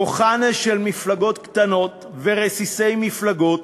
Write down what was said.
כוחן של מפלגות קטנות ורסיסי מפלגות